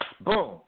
boom